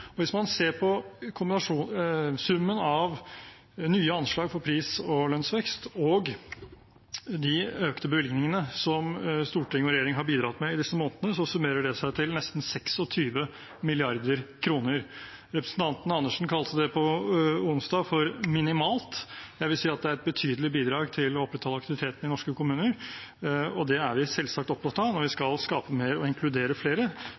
og etterpå. Hvis man ser på summen av nye anslag for pris- og lønnsvekst og de økte bevilgningene som storting og regjering har bidratt med i disse månedene, summerer det seg til nesten 26 mrd. kr. Representanten Andersen kalte det på onsdag for minimalt – jeg vil si at det er et betydelig bidrag til å opprettholde aktiviteten i norske kommuner, og det er vi selvsagt opptatt av, og vi skal skape mer og inkludere flere,